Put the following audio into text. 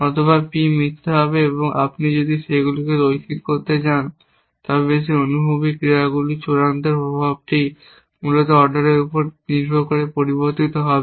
অথবা P মিথ্যা হবে এবং আপনি যদি সেগুলিকে রৈখিক করতে যান তবে সেই অনুক্রমিক ক্রিয়াগুলির চূড়ান্ত প্রভাবটি মূলত অর্ডারের উপর নির্ভর করে পরিবর্তিত হবে